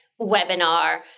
webinar